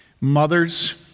Mothers